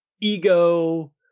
ego